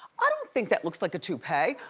i don't think that looks like a toupee.